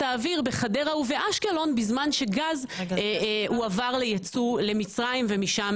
האוויר בחדרה ובאשקלון בזמן שגז הועבר לייצוא למצרים ומשם